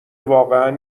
واقعا